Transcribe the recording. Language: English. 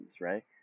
right